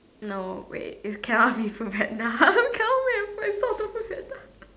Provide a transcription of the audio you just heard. no wait is cannot be FoodPanda cannot wait